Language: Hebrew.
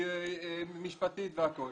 שהיא משפטית והכול,